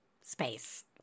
space